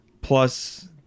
plus